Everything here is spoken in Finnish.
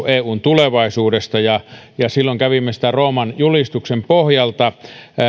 eun tulevaisuudesta ja ja silloin kävimme sitä rooman julistuksen pohjalta siellä